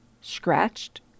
scratched